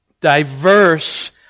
Diverse